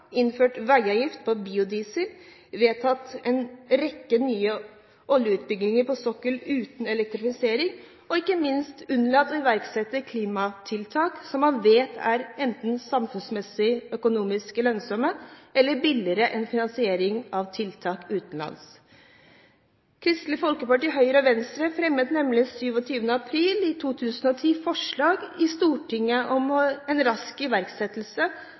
innført veiavgift på biodiesel, vedtatt en rekke nye oljeutbygginger på sokkelen uten elektrifisering og ikke minst unnlatt å iverksette klimatiltak som man vet er enten samfunnsøkonomisk lønnsomme eller billigere enn finansiering av tiltak utenlands. Kristelig Folkeparti, Høyre og Venstre fremmet nemlig 27. april 2010 forslag i Stortinget om en rask iverksettelse